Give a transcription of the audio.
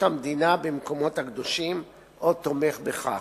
המדינה במקומות הקדושים או תומך בכך.